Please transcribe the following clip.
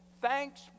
Thanks